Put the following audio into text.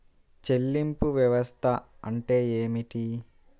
చెల్లింపు వ్యవస్థ అంటే ఏమిటి?